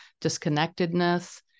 disconnectedness